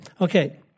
Okay